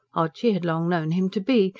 odd she had long known him to be,